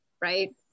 right